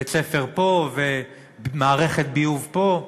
בית-ספר פה ומערכת ביוב פה,